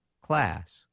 class